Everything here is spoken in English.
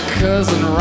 cousin